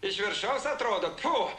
iš viršaus atrodo ftu